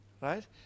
right